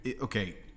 okay